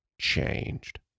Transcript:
changed